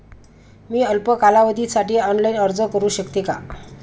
मी अल्प कालावधीसाठी ऑनलाइन अर्ज करू शकते का?